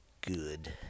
good